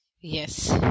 Yes